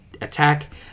attack